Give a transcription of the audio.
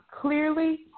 clearly